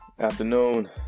Afternoon